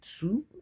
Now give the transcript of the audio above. two